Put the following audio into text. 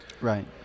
Right